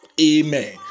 Amen